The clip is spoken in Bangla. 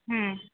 হুম